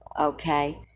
Okay